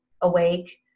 awake